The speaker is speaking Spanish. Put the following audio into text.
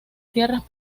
tierras